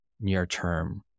near-term